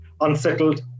unsettled